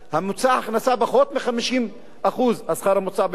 ממוצע ההכנסה, פחות מ-50%, השכר הממוצע במשק,